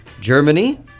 Germany